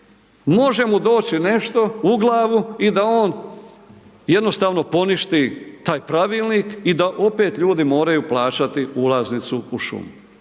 može mu doći nešto u glavu i da on jednostavno poništi taj pravilnik i da opet ljudi moraju plaćati ulaznicu u šumu.